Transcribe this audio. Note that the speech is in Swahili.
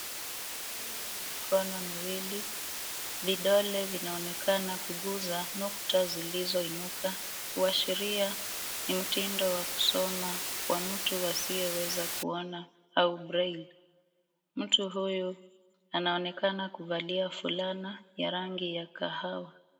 Hii ni mikono miwili. Vidole vinaonekana kuguza nukta zilizoinuka kuashiria ni mtindo wa kusoma wa mtu asiyeweza kuona au braille . Mtu huyu anaonekana kuvalia fulana ya rangi ya kahawa.